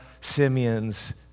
Simeon's